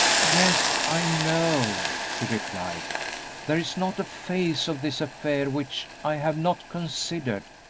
yes, i know, she replied there is not a phase of this affair which i have not considered.